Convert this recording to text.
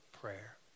prayer